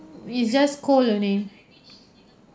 we just call your name